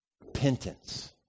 repentance